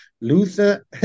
Luther